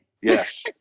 Yes